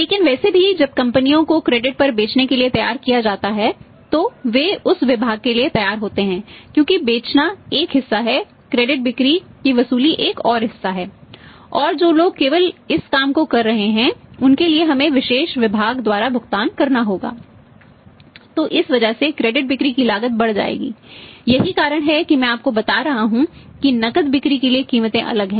लेकिन वैसे भी जब कंपनियों को क्रेडिट कीमत की बिक्री के लिए कीमतें अलग हैं